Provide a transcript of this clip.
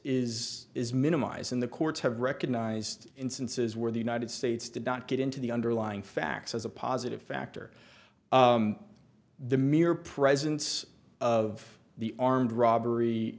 is is minimized and the courts have recognized instances where the united states did not get into the underlying facts as a positive factor the mere presence of the armed robbery